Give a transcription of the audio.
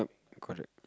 correct